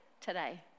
today